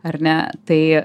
ar ne tai